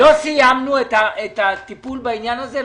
לא סיימנו את הטיפול בעניין הזה.